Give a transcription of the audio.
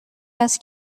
است